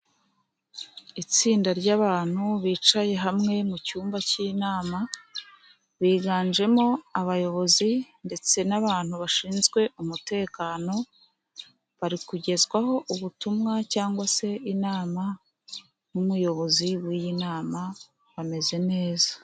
Itsinda ry'abantu bicaye hamwe mu cyumba cy'inama biganjemo abayobozi, ndetse n'abantu bashinzwe umutekano, bari kugezwaho ubutumwa cyangwa se inama, n'umuyobozi w'iyi nama, bameze neza.